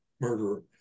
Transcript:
murderer